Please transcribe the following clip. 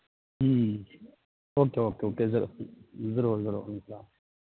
okay okay okay sir ضرور ضرور اِنشاء اللہ